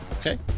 Okay